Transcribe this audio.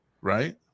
right